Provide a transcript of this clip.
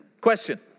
Question